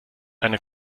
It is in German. eine